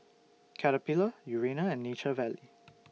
Caterpillar Urana and Nature Valley